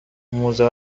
موزه